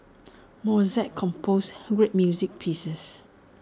Mozart composed great music pieces